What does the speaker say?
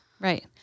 Right